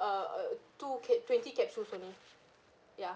uh uh two ca~ twenty capsules only ya